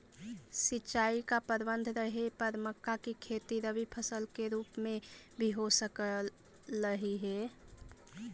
सिंचाई का प्रबंध रहे पर मक्का की खेती रबी फसल के रूप में भी हो सकलई हे